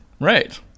Right